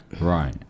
Right